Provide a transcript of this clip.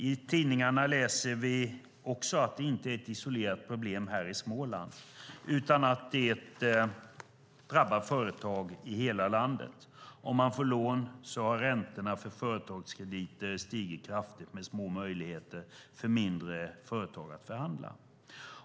I tidningarna läser vi också att det inte är ett isolerat problem här i Småland utan att det drabbar företag i hela landet. Och får man lån, så har räntorna för företagskrediter stigit kraftigt med små möjligheter för mindre företag att förhandla.